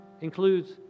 includes